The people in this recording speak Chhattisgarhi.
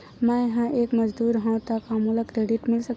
मैं ह एक मजदूर हंव त का मोला क्रेडिट मिल सकथे?